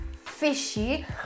fishy